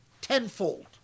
tenfold